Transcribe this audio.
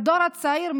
הדור הצעיר,